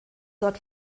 dort